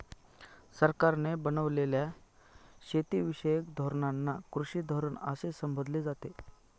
सरकारने बनवलेल्या शेतीविषयक धोरणांना कृषी धोरण असे संबोधले जाते